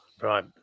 Right